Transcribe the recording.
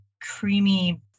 creamy